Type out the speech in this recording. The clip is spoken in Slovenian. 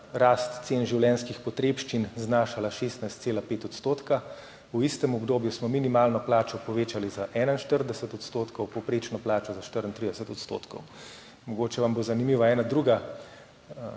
rast cen življenjskih potrebščin znašala 16,5 %, v istem obdobju smo minimalno plačo povečali za 41 %, povprečno plačo za 34 %. Mogoče vam bo zanimiva ena druga